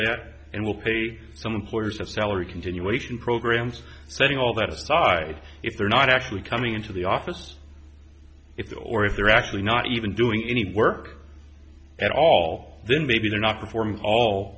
that and will pay some employers of salary continuation programs setting all that aside if they're not actually coming into the office if that or if they're actually not even doing any work at all then maybe they're not perform all